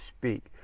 speak